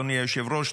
אדוני היושב-ראש,